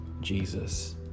Jesus